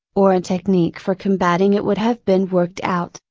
or a technique for combating it would have been worked out,